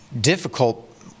difficult